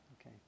okay